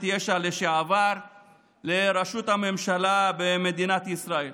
יש"ע לשעבר לראשות הממשלה במדינת ישראל,